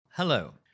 Hello